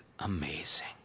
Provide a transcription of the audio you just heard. amazing